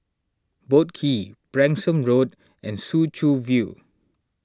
Boat Quay Branksome Road and Soo Chow View